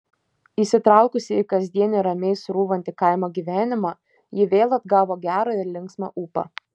įsitraukusi į kasdienį ramiai srūvantį kaimo gyvenimą ji vėl atgavo gerą ir linksmą ūpą